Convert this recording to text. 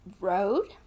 road